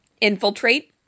infiltrate